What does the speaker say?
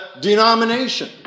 denomination